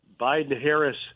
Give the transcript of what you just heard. Biden-Harris